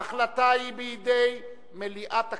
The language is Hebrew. ההחלטה היא בידי מליאת הכנסת.